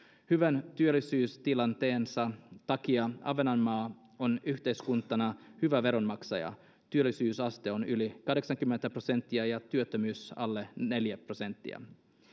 hyvän työllisyystilanteensa takia ahvenanmaa on yhteiskuntana hyvä veronmaksaja työllisyysaste on yli kahdeksankymmentä prosenttia ja työttömyys alle neljä prosenttia